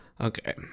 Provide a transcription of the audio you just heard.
Okay